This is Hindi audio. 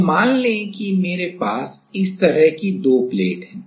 तो मान लें कि मेरे पास इस तरह की 2 प्लेट हैं